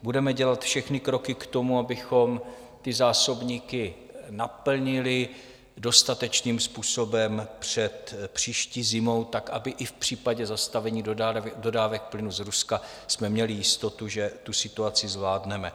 Budeme dělat všechny kroky k tomu, abychom ty zásobníky naplnili dostatečným způsobem před příští zimou tak, aby i v případě zastavení dodávek plynu z Ruska jsme měli jistotu, že tu situaci zvládneme.